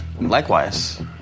Likewise